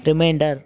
reminder